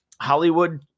Hollywood